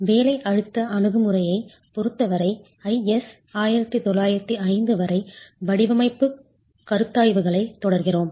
வேலை அழுத்த அணுகுமுறையைப் பொருத்தவரை IS 1905 வரை வடிவமைப்புக் கருத்தாய்வுகளைத் தொடர்கிறோம்